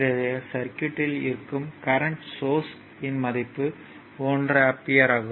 இந்த சர்க்யூட்யில் இருக்கும் கரண்ட் சோர்ஸ் இன் மதிப்பு 1 ஆம்பியர் ஆகும்